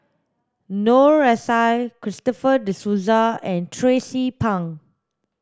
Noor S I Christopher De Souza and Tracie Pang